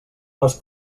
les